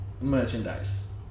merchandise